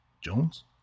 Jones